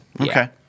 Okay